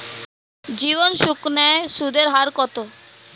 জীবন সুকন্যা সুদের হার কত?